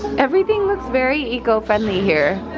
everything looks very eco-friendly here.